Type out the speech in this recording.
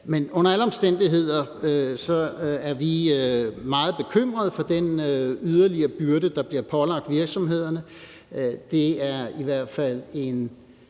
Men under alle omstændigheder er vi meget bekymrede for den yderligere byrde, der bliver pålagt virksomhederne.